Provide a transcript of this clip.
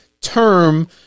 term